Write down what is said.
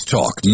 Talk